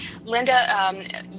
Linda